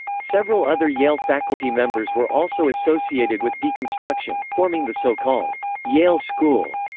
several other yale faculty members were also associated with deconstruction, forming the so-called yale school.